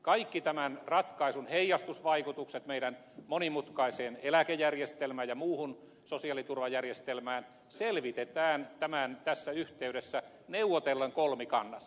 kaikki tämän ratkaisun heijastusvaikutukset meidän monimutkaiseen eläkejärjestelmäämme ja muuhun sosiaaliturvajärjestelmään selvitetään tässä yhteydessä neuvotellen kolmikannassa